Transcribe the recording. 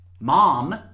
Mom